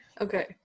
Okay